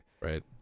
right